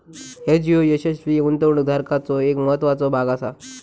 hedge ह्यो यशस्वी गुंतवणूक धोरणाचो एक महत्त्वाचो भाग आसा